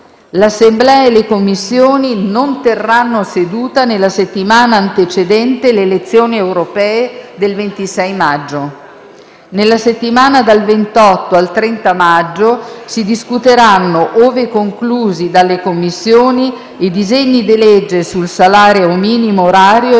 L'Assemblea e le Commissioni non terranno seduta nella settimana antecedente le elezioni europee del 26 maggio. Nella settimana dal 28 al 30 maggio si discuteranno, ove conclusi dalle Commissioni, i disegni di legge sul salario minimo orario e